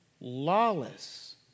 lawless